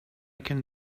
can